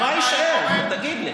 מה יישאר, תגיד לי?